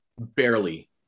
Barely